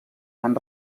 fan